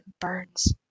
burns